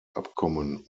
abkommen